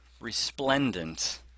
resplendent